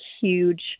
huge